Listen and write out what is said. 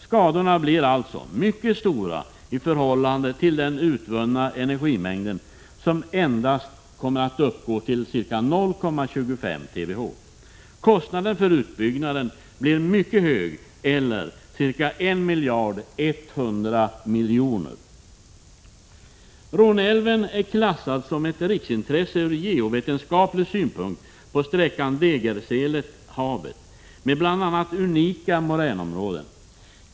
Skadorna blir alltså mycket stora i förhållande till den utvunna energimängden, som endast kommer att uppgå till 0,25 TWh. Kostnaden för utbyggnaden blir mycket hög, ca 1 100 milj.kr. Råne älv är klassad som ett riksintresse ur geovetenskaplig synpunkt på sträckan Degerselet-havet med bl.a. unika moränområden.